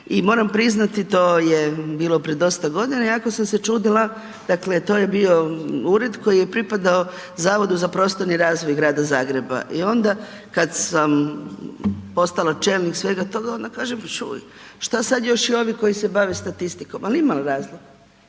i moram priznati to je bilo pred dosta godina, jako sam se čudila, dakle to je bio ured koji je pripadao Zavodu za prostorni razvoj grada Zagreba i onda kad sam postala čelnik svega toga, onda kažem čuj, šta sad još i ovi koji se bave statistikom, ali ima razlog,